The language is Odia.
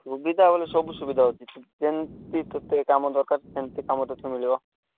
ସୁବିଧା ବୋଲେ ସବୁ ସୁବିଧା ଅଛି ଯେମିତି ତୋତେ କାମ ଦରକାର ସେମିତି କାମ ତୋତେ ମିଳିବ